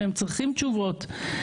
והם צריכים תשובות.